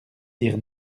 dire